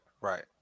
right